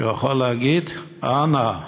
והוא יכול להגיד: אנא,